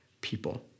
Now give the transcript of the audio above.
people